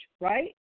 Right